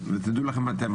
ותדעו לכם אתם,